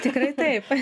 tikrai taip